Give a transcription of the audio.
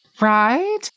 Right